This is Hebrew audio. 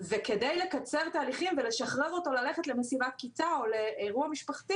וכדי לקצר תהליכים ולשחרר אותו ללכת למסיבת כיתה או לאירוע משפחתי